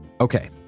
Okay